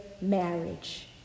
marriage